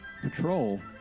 patrol